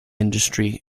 industry